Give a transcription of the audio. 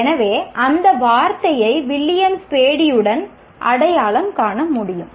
எனவே அந்த வார்த்தையை வில்லியம் ஸ்பேடியுடன் அடையாளம் காண முடியும்